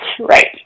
right